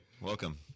Welcome